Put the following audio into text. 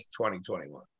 2021